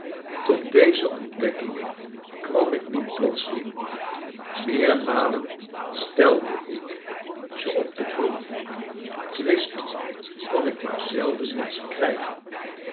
tot deze ontdekking kwam ik niet plotseling meermalen stelde ik ze op de proof twist kon ik maar zelden met ze krijgen